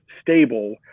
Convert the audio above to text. stable